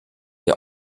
der